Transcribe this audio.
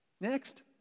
Next